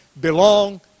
belong